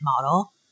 model